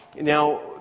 Now